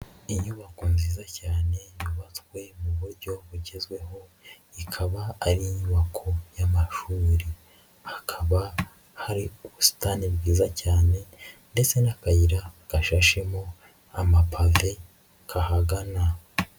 Inyubako nziza cyane yubatswe mu buryo bugezweho, ikaba ari inyubako y'amashuri, hakaba hari ubusitani bwiza cyane ndetse n'akayira gashashemo amapave kahagana.